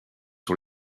sur